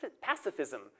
pacifism